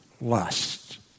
Lust